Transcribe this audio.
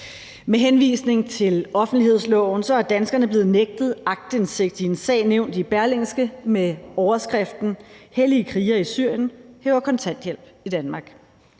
Med henvisning til offentlighedsloven er danskerne blevet nægtet aktindsigt i en sag nævnt i Berlingske med overskriften »Hellige krigere i Syrien hæver kontanthjælp i Danmark«.